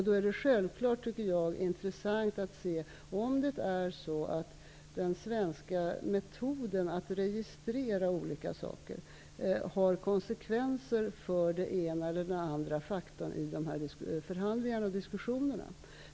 Då är det självklart intressant att se om den svenska metoden att registrera olika saker får konsekvenser för den ena eller den andra faktorn i dessa förhandlingar och diskussioner.